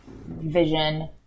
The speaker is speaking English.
Vision